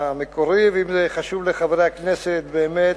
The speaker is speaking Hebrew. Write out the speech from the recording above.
המקורי, ואם הנגב חשוב לחברי הכנסת באמת,